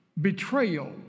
betrayal